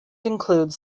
includes